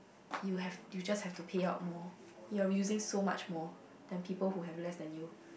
you have you just have to pay out more you're using so much more than people who have less than you